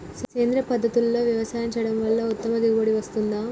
సేంద్రీయ పద్ధతుల్లో వ్యవసాయం చేయడం వల్ల ఉత్తమ దిగుబడి వస్తుందా?